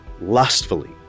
lustfully